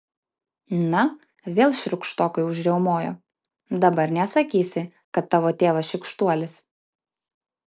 na vėl šiurkštokai užriaumojo dabar nesakysi kad tavo tėvas šykštuolis